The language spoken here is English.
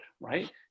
right